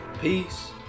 Peace